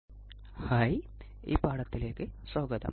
ഈ മൊഡ്യൂളിലേക്ക് സ്വാഗതം